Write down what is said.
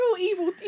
evil